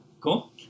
Cool